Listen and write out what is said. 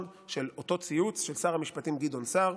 של אותו ציוץ של שר המשפטים גדעון סער,